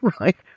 right